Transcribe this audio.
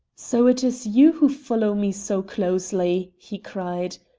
so it is you who follow me so closely, he cried.